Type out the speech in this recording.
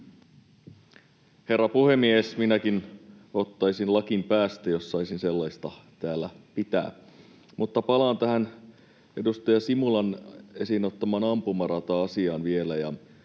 Herra puhemies! Minäkin ottaisin lakin päästä, jos saisin sellaista täällä pitää. Mutta palaan tähän edustaja Simulan esiin ottamaan ampumarata-asiaan vielä.